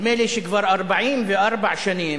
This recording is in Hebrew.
נדמה לי שכבר 44 שנים